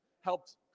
helped